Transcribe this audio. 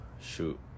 shoot